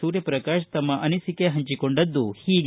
ಸೂರ್ಯಪ್ರಕಾಶ ತಮ್ನ ಅನಿಸಿಕೆ ಪಂಚಿಕೊಂಡಿದ್ದು ಹೀಗೆ